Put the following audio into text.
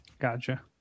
Gotcha